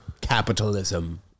capitalism